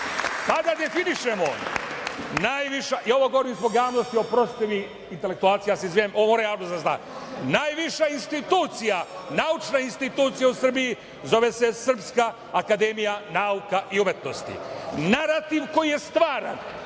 Pa da definišemo. Ovo govorim zbog javnosti, oprostite mi, intelektualci, ja se izvinjavam, ovo mora javnost da zna, najviša institucija, naučna institucija u Srbiji zove se Srpska akademija nauka i umetnosti. Narativ koji je stvaran